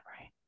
right